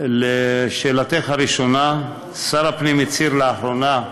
לשאלתך הראשונה, שר הפנים הצהיר לאחרונה,